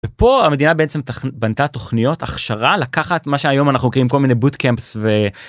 פה המדינה בעצם בנתה תוכניות הכשרה לקחת מה שהיום אנחנו קיים כל מיני בוטקאמפס ו...